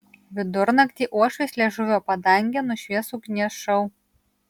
vidurnaktį uošvės liežuvio padangę nušvies ugnies šou